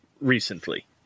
recently